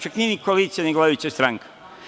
Čak nije ni koalicija, nego vladajuća stranka.